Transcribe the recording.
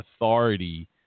authority